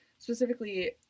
Specifically